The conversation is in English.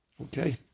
Okay